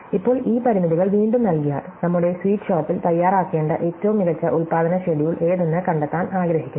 ഇപ്പോൾ ഈ പരിമിതികൾ വീണ്ടും നൽകിയാൽ നമ്മുടെ സ്വീറ്റ് ഷോപ്പിൽ തയ്യാറാക്കേണ്ട ഏറ്റവും മികച്ച ഉൽപാദന ഷെഡ്യൂൾ ഏതെന്ന് കണ്ടെത്താൻ ആഗ്രഹിക്കുന്നു